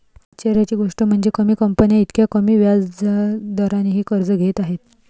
आश्चर्याची गोष्ट म्हणजे, कमी कंपन्या इतक्या कमी व्याज दरानेही कर्ज घेत आहेत